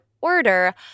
order